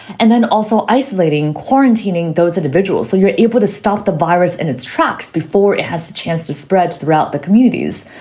and then also isolating, quarantining those individuals. so you're able to stop the virus in its tracks before it has a chance to spread throughout the communities.